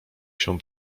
się